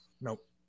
Nope